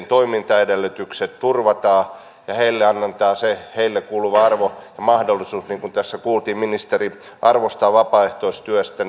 toimintaedellytykset turvataan ja heille annetaan se heille kuuluva arvo ja mahdollisuus niin kuin tässä kuultiin ministeri arvostaa vapaaehtoistyötä